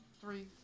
Three